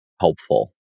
helpful